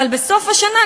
אבל בסוף השנה,